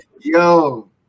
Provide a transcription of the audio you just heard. Yo